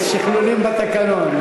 יש שכלולים בתקנון.